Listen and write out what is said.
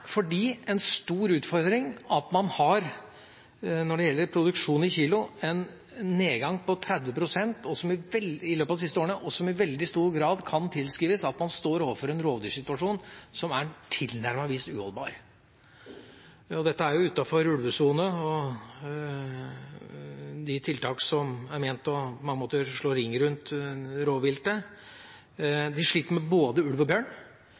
en stor utfordring at man, når det gjelder produksjon i kilo, har en nedgang på 30 pst. i løpet av de siste årene, noe som i veldig stor grad kan tilskrives at man står overfor en rovdyrsituasjon som er tilnærmelsesvis uholdbar. Dette er jo utenfor jordbrukssone og de tiltakene som er satt i verk for å slå ring rundt rovviltet. De sliter med både ulv og bjørn,